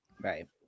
Right